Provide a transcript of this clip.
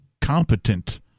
competent